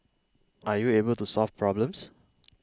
are you able to solve problems